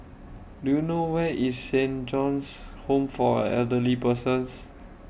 Do YOU know Where IS Saint John's Home For Elderly Persons